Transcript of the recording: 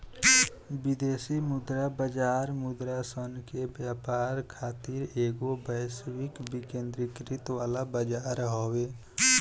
विदेशी मुद्रा बाजार मुद्रासन के व्यापार खातिर एगो वैश्विक विकेंद्रीकृत वाला बजार हवे